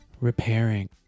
repairing